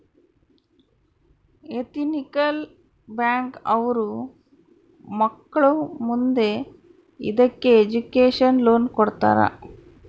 ethical bank ಅವ್ರು ಮಕ್ಳು ಮುಂದೆ ಇದಕ್ಕೆ ಎಜುಕೇಷನ್ ಲೋನ್ ಕೊಡ್ತಾರ